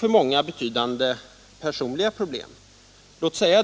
samt betydande personliga problem för många.